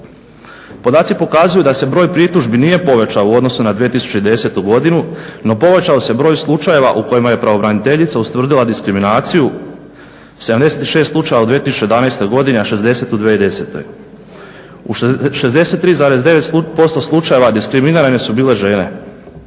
Podaci pokazuju da se broj pritužbi nije povećao u odnosu na 2010. godinu, no povećao se broj slučajeva u kojima je pravobraniteljica ustvrdila diskriminaciju. 76 slučajeva u 2011. godini, a 60 u 2010. U 63,9% slučajeva diskriminirane su bile žene,